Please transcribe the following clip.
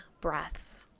breaths